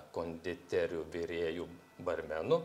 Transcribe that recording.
konditerių virėjų barmenų